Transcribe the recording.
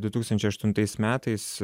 du tūkstančiai aštuntais metais